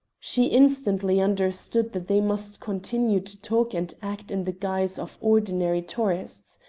she instantly understood that they must continue to talk and act in the guise of ordinary tourists.